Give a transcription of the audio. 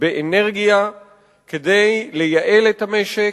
באנרגיה כדי לייעל את המשק,